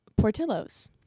portillos